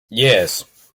yes